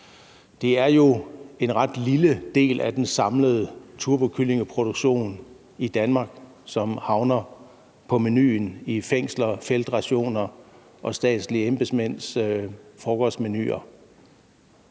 Det er jo en ret lille del af den samlede turbokyllingeproduktion i Danmark, som havner på menuen i fængsler, feltrationer og statslige embedsmænds frokostkantiner.